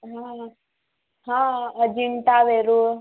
हा हा हा हा अजिंठा वेरूळ